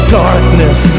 darkness